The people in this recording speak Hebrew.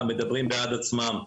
מדברים בעד עצמם,